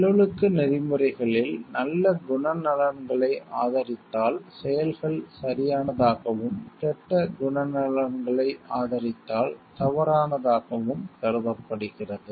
நல்லொழுக்க நெறிமுறைகளில் virtues ethics நல்ல குணநலன்களை ஆதரித்தால் செயல்கள் சரியானதாகவும் கெட்ட குணநலன்களை ஆதரித்தால் தவறானதாகவும் கருதப்படுகிறது